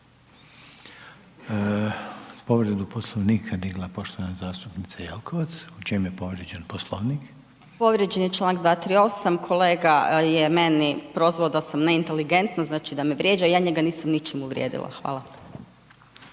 Povredu Poslovnika digla je poštovana zastupnica Jelkovac. U čemu je povrijeđen poslovnik? **Jelkovac, Marija (HDZ)** Povrijeđen je članak 238. kolega je mene prozvao da sam ne inteligentna, znači da me vrijeđa, ja njega nisam ničim uvrijedila. Hvala.